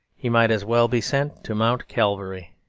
he might as well be sent to mount calvary.